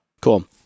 Cool